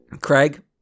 Craig